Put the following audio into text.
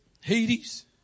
Hades